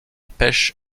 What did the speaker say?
pêche